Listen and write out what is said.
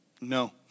No